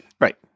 right